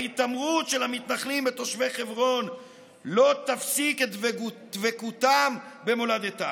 ההיטמעות של המתנחלים בין תושבי חברון לא תפסיק את דבקותם במולדתם,